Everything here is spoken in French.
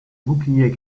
bouclier